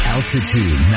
Altitude